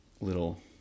little